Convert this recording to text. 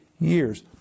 years